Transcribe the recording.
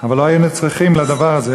אבל לא היינו צריכים לדבר הזה